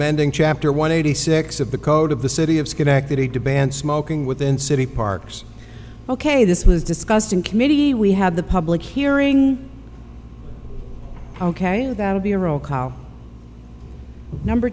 mending chapter one eighty six of the code of the city of schenectady to ban smoking within city parks ok this was discussed in committee we had the public hearing ok that would be a roll cow number